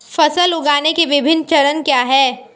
फसल उगाने के विभिन्न चरण क्या हैं?